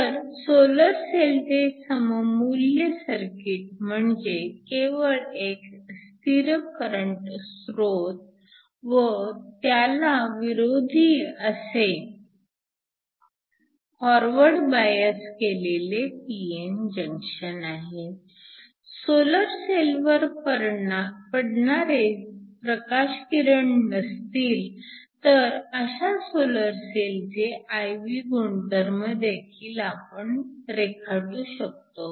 तर सोलर सेलचे सममुल्य सर्किट म्हणजे केवळ एक स्थिर करंट स्रोत व त्याला विरोधी असे फॉरवर्ड बायस केलेले pn जंक्शन आहे सोलर सेलवर पडणारे प्रकाशकिरण नसतील तर अशा सोलर सेलचे IV गुणधर्म देखील आपण रेखाटू शकतो